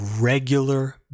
regular